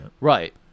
Right